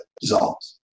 dissolves